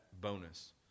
bonus